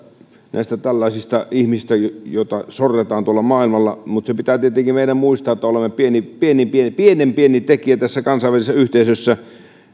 tällaisista ihmisistä joita sorretaan tuolla maailmalla mutta se pitää tietenkin meidän muistaa että olemme pienenpieni pienenpieni tekijä tässä kansainvälisessä yhteisössä